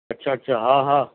اچھا اچھا ہاں ہاں